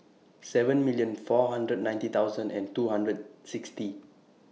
seven million four hundred and ninety thousand and two hundred and sixty